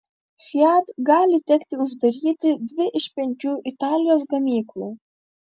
fiat gali tekti uždaryti dvi iš penkių italijos gamyklų